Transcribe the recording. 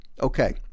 okay